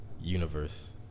universe